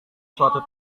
suatu